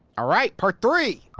alright, part three!